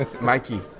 Mikey